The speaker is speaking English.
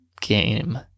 game